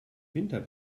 winter